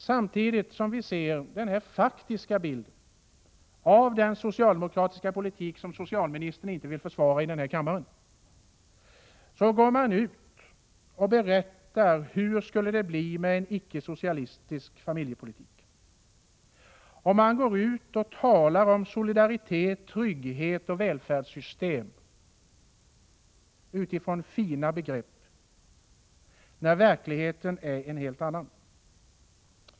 Samtidigt som vi ser den faktiska bilden av den socialdemokratiska politik som socialministern inte vill försvara i denna kammare, får man höra socialdemokrater berätta hur det skall bli med en icke-socialistisk familjepolitik. Man talar också om solidaritet, trygghet och välfärdssystem utifrån fina begrepp, när verkligheten är en helt annan.